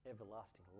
everlasting